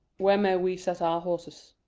where may we set our horses?